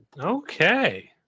Okay